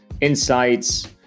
insights